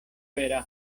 vera